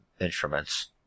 instruments